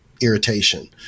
irritation